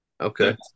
Okay